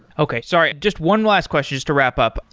okay. sorry. just one last question just to wrap app.